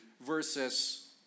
versus